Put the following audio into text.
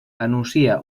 anuncia